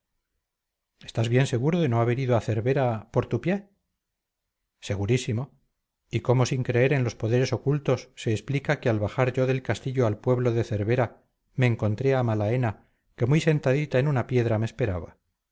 estás bien seguro de no haber ido a cervera por tu pie segurísimo y cómo sin creer en los poderes ocultos se explica que al bajar yo del castillo al pueblo de cervera me encontré a malaena que muy sentadita en una piedra me esperaba